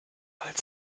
halt